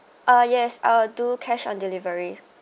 uh yes I'll do cash on delivery